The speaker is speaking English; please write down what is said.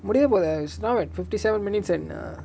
முடிய போதே:mudiya pothe it's now at fifty seven minutes and err